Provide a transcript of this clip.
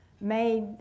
made